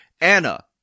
Anna